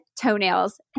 toenails